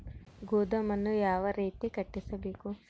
ಗೋದಾಮನ್ನು ಯಾವ ರೇತಿ ಕಟ್ಟಿಸಬೇಕು?